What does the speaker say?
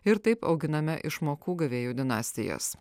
ir taip auginame išmokų gavėjų dinastijas